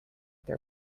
their